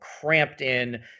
cramped-in